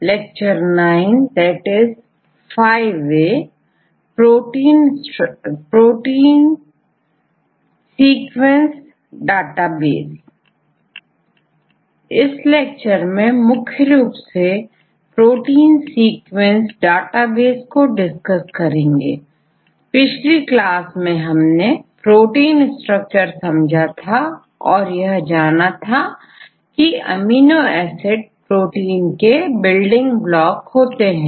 इस लेक्चर में मुख्य रूप से प्रोटीन सीक्वेंस डाटाबेस को डिस्कस करेंगे पिछली क्लास में हमने प्रोटीन स्ट्रक्चर समझा था और यह जाना था की अमीनो एसिड प्रोटीन के बिल्डिंग ब्लॉक होते हैं